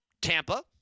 Tampa